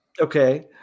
Okay